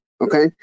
Okay